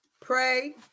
pray